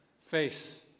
face